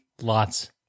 lots